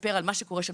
לספר על מה שקורה שם,